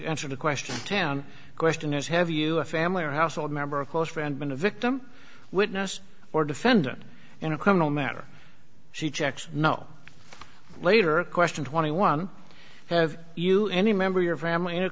answer the question town question is have you a family or household member a close friend been a victim witness or defendant in a criminal matter she checks no later question twenty one have you any member of your family